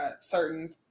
certain